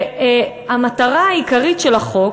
המטרה העיקרית של החוק,